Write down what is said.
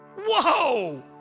Whoa